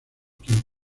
quien